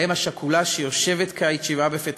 האם השכולה שיושבת כעת שבעה בפתח-תקווה.